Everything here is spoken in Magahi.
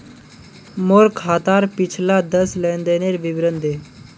मोर खातार पिछला दस लेनदेनेर विवरण दे